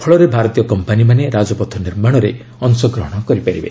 ଫଳରେ ଭାରତୀୟ କମ୍ପାନୀମାନେ ରାଜପଥ ନିର୍ମାଣ ରେ ଅଂଶଗ୍ରହଣ କରିପାରିବେ